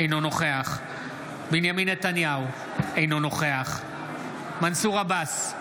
אינו נוכח בנימין נתניהו, אינו נוכח מנסור עבאס,